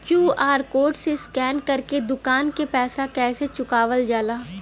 QR code से scan कर के दुकान के पैसा कैसे चुकावल जाला?